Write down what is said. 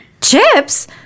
Chips